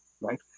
right